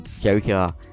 Joker